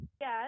Yes